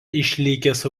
išlikęs